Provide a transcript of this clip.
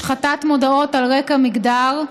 השחתת מודעות על רקע מגדר),